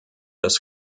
das